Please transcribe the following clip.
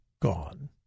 gone